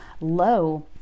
low